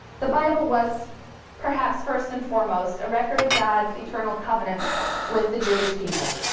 the bible was perhaps first and foremost a record of god's eternal covenant with the jewish people.